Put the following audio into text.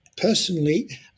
Personally